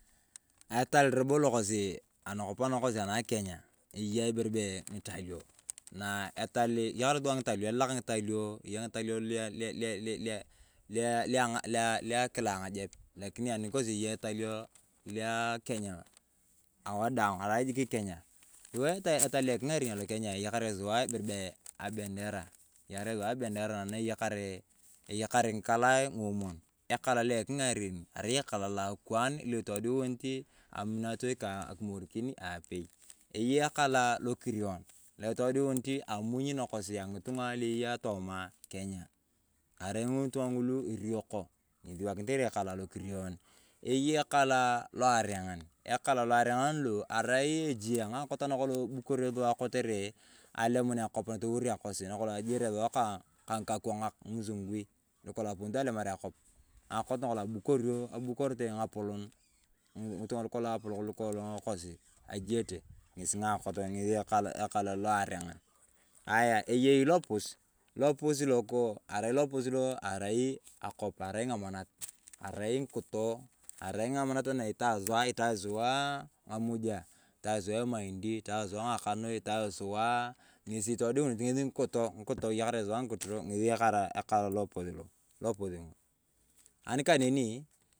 Etal robo lo kosi anakop anakosi anakenya eyaa ibere bee ngitalio na etal eyakane sua ng’italio eyaa ng’italio lelea kilaa ang’ajep lakinii anikosi eyaa ng’italio lua akenya awadaang arai jik kenya sua etal lo eking’aren alokenya, eyakare sua ibere bee abemdera eyakare sua abendera na eyakarii ng’ikalaa nguomon elaa lo eking’aren arai elaa loa kwaan lo itodiuniti aminatoi kaa akimorikini apei eyei elaa lo itoduniti amuny nakosi ang’itung’a eyaa tomaa kenya. Arai ng’itung’a ng’ulu irioko ng’esi ewakiniteve elaa lo kirion eyei ekalaa lu areng’ani ekalaa lu areng’a lo arao ejiye ang’akool anakolong abukurio sua kotere alimun akoptoliwor akosi na ajiyere sua kaa ng’ikakwanga ng’imusungui lu kolong aponito alimar akop. Ng’akoot nakolong abukorete ng’apolon ng’itung’a lu kolong kosi ajeyete ng’esi ng’auoot ng’esi ekalaa lo areng’an. Ng’aya eyei lopus lopus loko arai lopus loko arai ng’amanat arai ng’ikito arai ng’amanat nu itao sua ng’amujaa itao sua emaidi itao sua ng’akanoi itao sua ngesi itodiunit ng’ikito ng’ikito eyakare sua ng’ikoto ngesi ekalaa lopus lo ani kanenii.